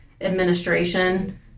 administration